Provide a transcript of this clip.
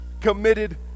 committed